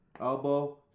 elbow